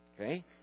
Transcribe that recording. Okay